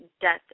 death